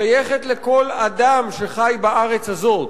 שייכת לכל אדם שחי בארץ הזאת,